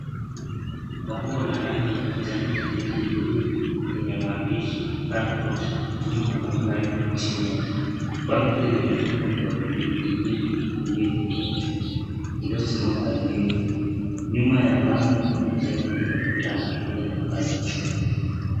Bango la rangi ya kijani na bluu lenye maandishi PEARL COURT juu na NORTHLANDS VIEW chini yake. Bango hili limefungwa kwa vikingi viwili vya chuma viliosimama ardhini. Nyuma ya bango, kuna jengo lenye ukuta wa matofali na paa la chuma.